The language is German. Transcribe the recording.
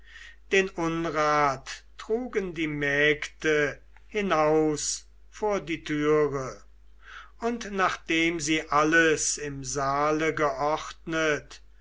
den unrat trugen die mägde hinaus vor die türe und nachdem sie alles umher im saale geordnet